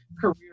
career